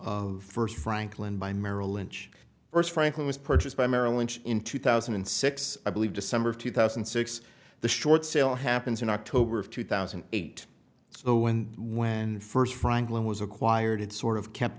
of first franklin by merrill lynch first franklin was purchased by maryland in two thousand and six i believe december of two thousand and six the short sale happens in october of two thousand and eight so when when first franklin was acquired it sort of kept